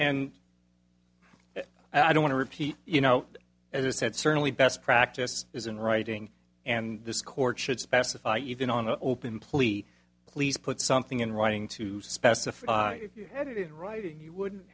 and i don't want to repeat you know as i said certainly best practice is in writing and this court should specify even on an open plea please put something in writing to specify if you had it in writing you wouldn't